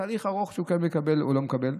זה תהליך ארוך אם הוא כן מקבל או לא מקבל.